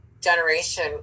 generation